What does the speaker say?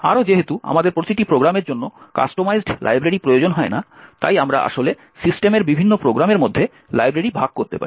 আরও যেহেতু আমাদের প্রতিটি প্রোগ্রামের জন্য কাস্টমাইজড লাইব্রেরি প্রয়োজন হয় না তাই আমরা আসলে সিস্টেমের বিভিন্ন প্রোগ্রামের মধ্যে লাইব্রেরি ভাগ করতে পারি